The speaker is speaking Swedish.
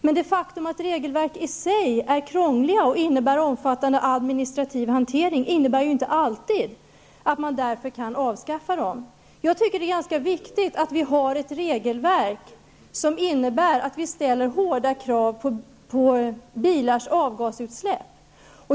Men det faktum att regelverk i sig är krångliga och innebär omfattande administrativ hantering, innebär ju inte alltid att de kan avskaffas. Jag tycker att det är ganska viktigt att vi har ett regelverk som innebär att vi ställer hårda krav på bilars avgasutsläpp.